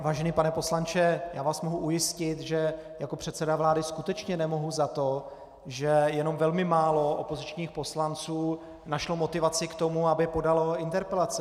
Vážený pane poslanče, já vás mohu ujistit, že jako předseda vlády skutečně nemohu za to, že jenom velmi málo opozičních poslanců našlo motivaci k tomu, aby podalo interpelace.